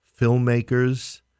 filmmakers